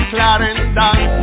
Clarendon